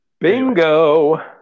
Bingo